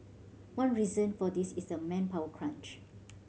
one reason for this is a manpower crunch